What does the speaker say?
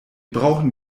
brauchen